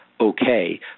Okay